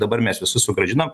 dabar mes visi sugrąžinam